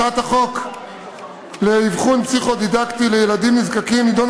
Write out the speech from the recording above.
הצעת החוק לאבחון פסיכו-דידקטי לילדים נזקקים נדונה